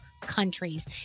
Countries